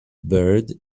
bird